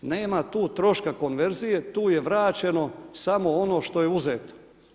Nema tu troška konverzije, tu je vraćeno samo ono što je uzeto.